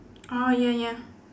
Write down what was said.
orh yeah yeah